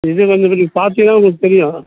இதை வந்து நீங்கள் பார்த்தீங்கன்னா உங்களுக்கு தெரியும்